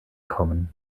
kommen